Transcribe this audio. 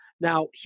Now